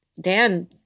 Dan